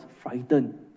frightened